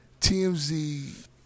TMZ